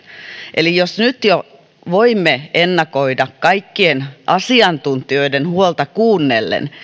eli jo nyt voimme ennakoida kaikkien asiantuntijoiden huolta kuunnellen